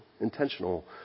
Intentional